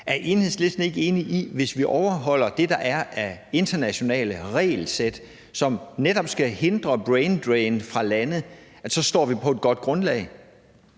Er Enhedslisten ikke enig i, at hvis vi overholder det, der er af internationale regelsæt, som netop skal hindre braindrain fra lande, så står vi på et godt grundlag?